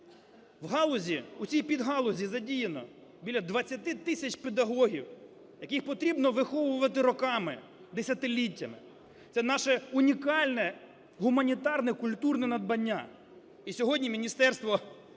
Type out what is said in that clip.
в цій підгалузі задіяно біля 20 тисяч педагогів, яких потрібно виховувати роками, десятиліттями, це наше унікальне гуманітарне, культурне надбання. І сьогодні Міністерство культури